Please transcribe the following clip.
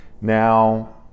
Now